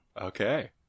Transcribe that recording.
Okay